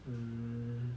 mm